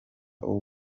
umwe